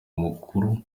mukuru